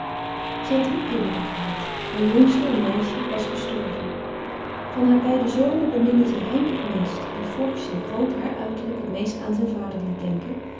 had drie kinderen gehad haar jongste een meisje was gestorven van haar beide zonen beminde zij henk het meest die forsch en groot haar uiterlijk het meest aan zijn vader liet denken